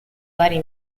vari